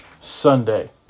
Sunday